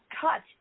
cut